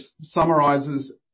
summarises